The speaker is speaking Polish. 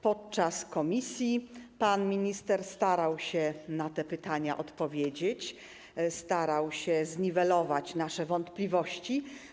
Podczas posiedzenia komisji pan minister starał się na te pytania odpowiedzieć, starał się zniwelować nasze wątpliwości.